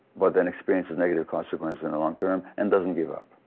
but then experiences negative consequences in the long term and doesn't give up.